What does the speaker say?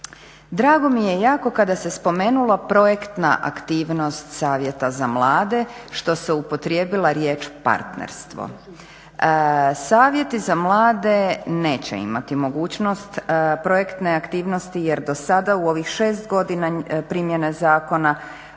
Drago mi je jako kada se spomenula projektna aktivnost savjeta za mlade, što se upotrijebila riječ partnerstvo. Savjeti za mlade neće imati mogućnost projekte aktivnosti jer do sada u ovih 6 godina primjene zakona